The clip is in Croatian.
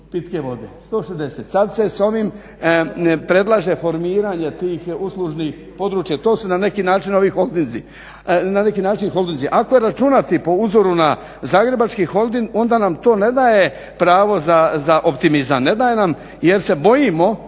pitke vode. Sad se s ovim predlaže formiranje tih uslužnih područja, to su na neki način ovi holdinzi, na neki način holdinzi. Ako je računati po uzoru na Zagrebački holding onda nam to ne daje pravo za optimizam, ne daje nam jer se bojimo